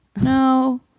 No